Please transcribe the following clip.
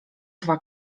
dwa